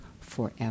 forever